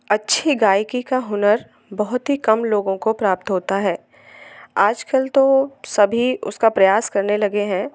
अच्छी गायकी का हुनर बहुत ही कम लोगों को प्राप्त होता है आजकल तो सभी उसका प्रयास करने लगे हैं